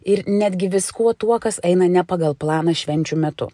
ir netgi viskuo tuo kas eina ne pagal planą švenčių metu